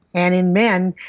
and in men,